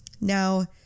Now